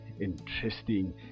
interesting